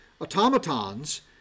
automatons